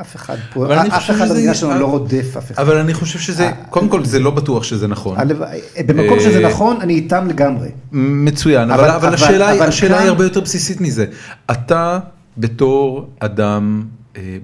אף אחד פה, אף אחד על העניין שלו לא רודף אף אחד. אבל אני חושב שזה, קודם כל, זה לא בטוח שזה נכון. במקום שזה נכון, אני איתם לגמרי. מצוין, אבל השאלה היא הרבה יותר בסיסית מזה. אתה, בתור אדם